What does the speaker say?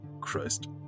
Christ